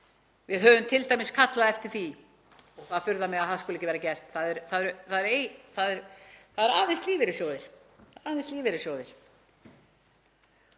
Við höfum t.d. kallað eftir því og það furðar mig að það skuli ekki vera gert. Það eru aðeins lífeyrissjóðir